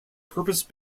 purpose